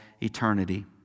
eternity